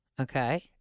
Okay